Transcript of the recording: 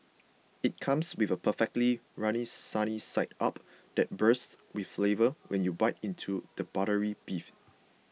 it comes with a perfectly runny sunny side up that bursts with flavour when you bite into the buttery beef